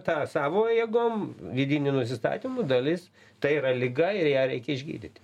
tą savo jėgom vidiniu nusistatymu dalis tai yra liga ir ją reikia išgydyti